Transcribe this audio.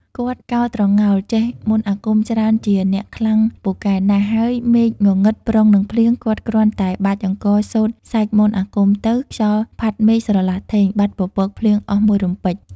គាត់កោរត្រងោល ចេះមន្តអាគមច្រើនជាអ្នកខ្លាំងពូកែណាស់ ហើយមេឃងងឹតប្រុងនឹងភ្លៀង គាត់គ្រាន់តែបាចអង្គរ សូត្រសែកមន្តអាគមទៅ ខ្យល់ផាត់មេឃ ស្រឡះធេង បាត់ពពកភ្លៀងអស់មួយរំពេច។